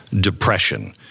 depression